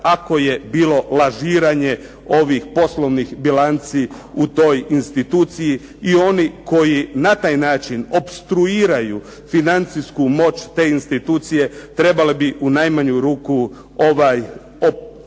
ako je bilo lažiranje ovih poslovnih bilanci u toj instituciji i oni koji na taj način opstruiraju financijsku moć te institucije trebale bi u najmanju ruku ovaj